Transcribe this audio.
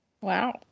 Wow